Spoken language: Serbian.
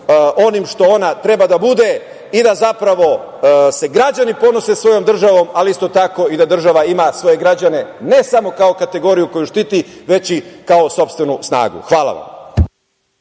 onim što ona treba da bude i da se građani ponose sa svojom državom, a isto tako i da država ima svoje građane, ne samo kao kategoriju koju štiti, već i kao sopstvenu snagu. Hvala vam.